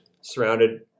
surrounded